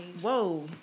Whoa